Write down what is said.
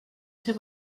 ser